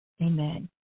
Amen